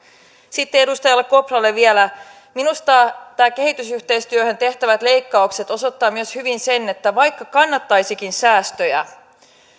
sitten edustaja kopralle vielä minusta nämä kehitysyhteistyöhön tehtävät leikkaukset osoittavat myös hyvin sen että vaikka kannattaisikin säästöjä